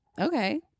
Okay